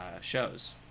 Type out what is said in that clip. shows